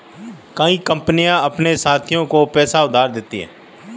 कई कंपनियां अपने साथियों को पैसा उधार देती हैं